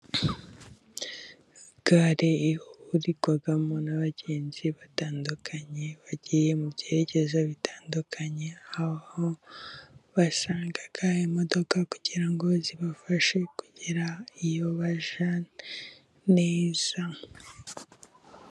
Gare ihurirwamo n'abagenzi batandukanye bagiye mu byerekezo bitandukanye, aho basanga imodoka kugira ngo zibafashe kugera iyo bajya neza.